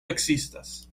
ekzistas